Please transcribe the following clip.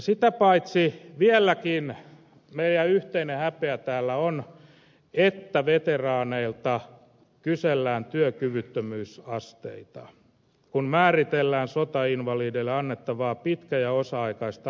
sitä paitsi vieläkin meidän yhteinen häpeämme täällä on että veteraaneilta kysellään työkyvyttömyysasteita kun määritellään sotainvalideille annettavaa pitkä tai osa aikaista laitos huoltoa